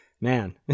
man